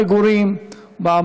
באזרחים,